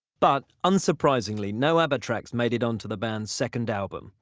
but, unsurprisingly, no abba tracks made it on to the band's second album,